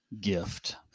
gift